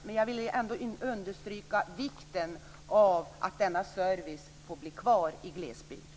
Men jag vill ändå understryka vikten av att denna service får bli kvar i glesbygden.